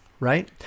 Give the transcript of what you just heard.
Right